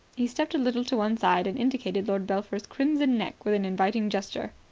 he stepped a little to one side and indicated lord belpher's crimson neck with an inviting gesture.